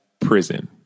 prison